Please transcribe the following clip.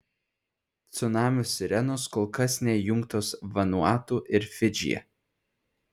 cunamio sirenos kol kas neįjungtos vanuatu ir fidžyje